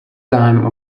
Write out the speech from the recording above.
time